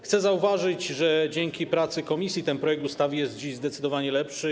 Chcę zauważyć, że dzięki pracy komisji ten projekt ustawy jest dziś zdecydowanie lepszy.